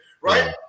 Right